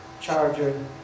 charger